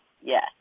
yes